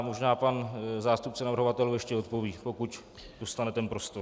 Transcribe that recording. Možná pan zástupce navrhovatelů ještě odpoví, pokud dostane prostor.